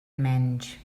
menys